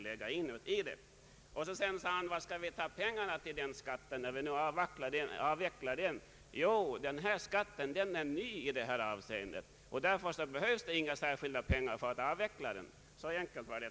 Sedan undrade herr ordföranden varifrån vi skulle ta pengarna för avveckling av denna skatt. Jo, den här skatten avser en utvidgning av skatteområdet och därför behövs det inga särskilda pengar för att avveckla den. Så enkelt var det!